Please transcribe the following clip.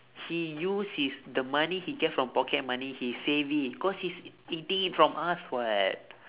he use his the money he get from pocket money he save it cause he's taking it from us [what]